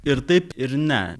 ir taip ir ne